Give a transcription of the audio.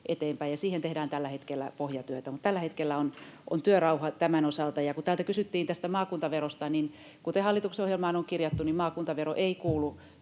eteenpäin, ja siihen tehdään tällä hetkellä pohjatyötä. Tällä hetkellä on työrauha tämän osalta. Kun täällä kysyttiin tästä maakuntaverosta, niin kuten hallituksen ohjelmaan on kirjattu, maakuntavero ei kuulu